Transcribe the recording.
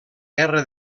guerra